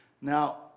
Now